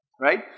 Right